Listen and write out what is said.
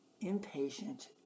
impatient